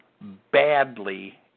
badly